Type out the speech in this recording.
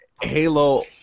Halo